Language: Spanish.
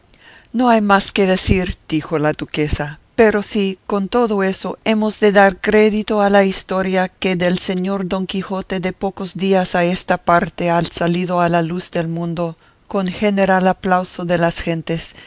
no hay más que decir dijo la duquesa pero si con todo eso hemos de dar crédito a la historia que del señor don quijote de pocos días a esta parte ha salido a la luz del mundo con general aplauso de las gentes